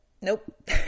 Nope